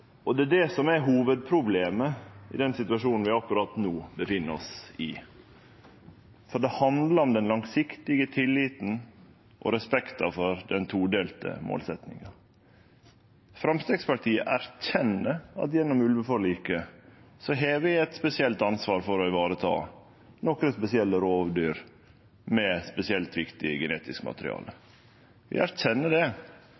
Det er det som er hovudproblemet i den situasjonen vi akkurat no er i – det handlar om den langsiktige tilliten og respekten for den todelte målsetjinga. Framstegspartiet erkjenner at gjennom ulveforliket har vi eit spesielt ansvar for å vareta nokre spesielle rovdyr med spesielt viktig genetisk materiale. Vi erkjenner det.